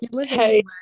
hey